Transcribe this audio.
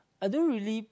I don't really